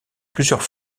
plusieurs